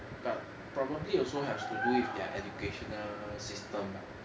but probably also has to do with their educational system ah